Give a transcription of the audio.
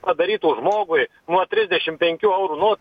padarytų žmogui nuo trisdešim penkių eurų nu